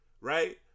right